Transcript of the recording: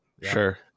Sure